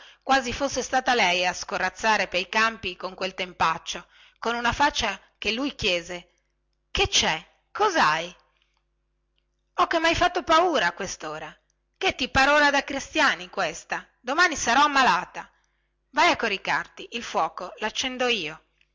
se fosse stata lei a scorazzare per i campi con quel tempaccio o coshai gli domandava lui ho che mhai fatto paura a questora che ti par ora da cristiani questa domani sarò ammalata va a coricarti il fuoco laccendo io